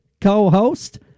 co-host